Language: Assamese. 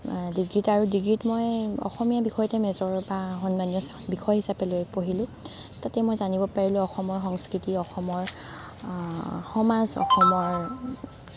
ডিগ্ৰীত আৰু ডিগ্ৰীত মই অসমীয়া বিষয়তে মেজৰ বা সন্মানীয় বিষয় হিচাপে লৈ পঢ়িলোঁ তাতে মই জানিব পাৰিলোঁ অসমৰ সংস্কৃতি অসমৰ সমাজ অসমৰ